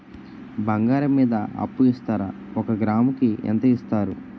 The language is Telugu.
బంగారం మీద అప్పు ఇస్తారా? ఒక గ్రాము కి ఎంత ఇస్తారు?